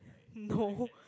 no